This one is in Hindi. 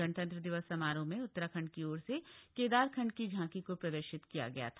गणतंत्र दिवस समारोह में उत्तराखण्ड की ओर से केदारखंड की झांकी को प्रदर्शित किया गया था